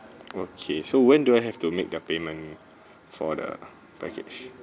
okay so when do I have to make their payment for the package